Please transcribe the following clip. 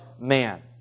man